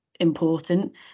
important